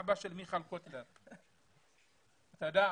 אבא של מיכל קוטלר הוא פרופסור --- אמרתי,